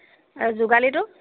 আৰু যোগালিটো